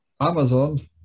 Amazon